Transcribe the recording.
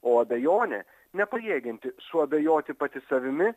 o abejonė nepajėgianti suabejoti pati savimi